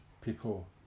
people